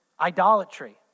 idolatry